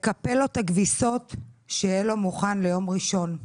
לקפל לו את הכביסות שיהיה לו מוכן ליום ראשון.